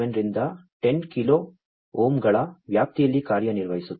7 ರಿಂದ 10 ಕಿಲೋ ಓಮ್ಗಳ ವ್ಯಾಪ್ತಿಯಲ್ಲಿ ಕಾರ್ಯನಿರ್ವಹಿಸುತ್ತವೆ